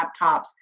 laptops